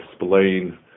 explain